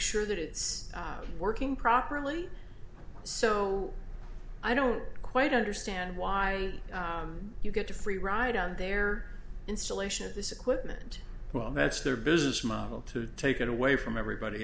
sure that it's working properly so i don't quite understand why you get a free ride on their installation of this equipment well that's their business model to take a away from everybody